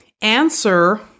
answer